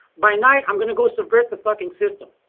by night i'm going to go subvert the fucking system.